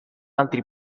altri